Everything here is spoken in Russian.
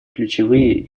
ключевые